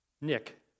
Nick